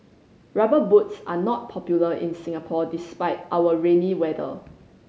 Rubber Boots are not popular in Singapore despite our rainy weather